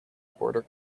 border